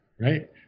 Right